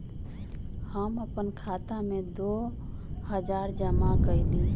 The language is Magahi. हम अपन खाता में दो हजार जमा कइली